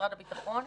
ממשרד הביטחון.